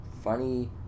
funny